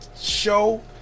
show